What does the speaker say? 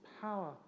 power